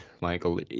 Michael